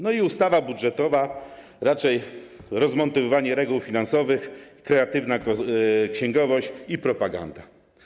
No i ustawa budżetowa - raczej rozmontowywanie reguł finansowych, kreatywna księgowość i propaganda.